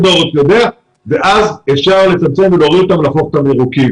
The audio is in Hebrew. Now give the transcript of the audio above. העורף יודע ואז אפשר לצמצם את התחלואה ולהפוך את המקום לירוק.